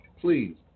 Please